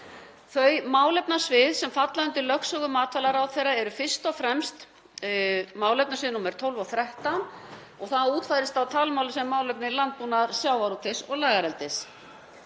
Þau málefnasvið sem falla undir lögsögu matvælaráðherra eru fyrst og fremst málefnasvið nr. 12 og 13 og það útfærist á talmáli sem málefni landbúnaðar, sjávarútvegs og lagareldis.